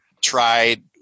tried